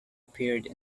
appeared